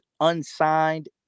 unsigned